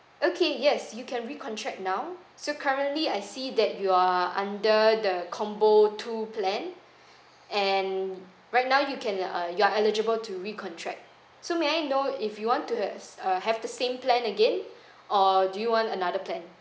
okay yes you can re-contract now so currently I see that you are under the combo two plan and right now you can uh you are eligible to re-contract so may I know if you want to has uh have the same plan again or do you want another plan